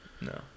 No